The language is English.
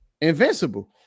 invincible